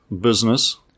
business